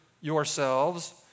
yourselves